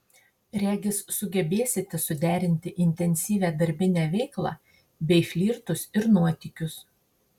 regis sugebėsite suderinti intensyvią darbinę veiklą bei flirtus ir nuotykius